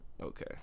okay